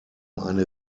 eine